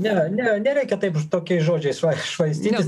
ne nereikia taip tokiais žodžiais švaistytis